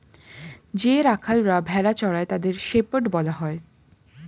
যে রাখালরা ভেড়া চড়ায় তাদের শেপার্ড বলা হয়